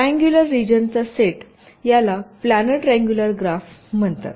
triangular रिजनचा सेटयाला planar triangular graph म्हणतात